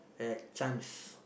at Chijmes